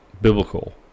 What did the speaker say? biblical